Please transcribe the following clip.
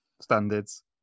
standards